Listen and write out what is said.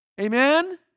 Amen